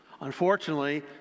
Unfortunately